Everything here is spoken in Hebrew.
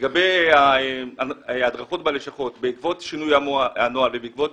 לגבי הדרכות בלשכות בעקבות שינוי הנוהל ובעקבות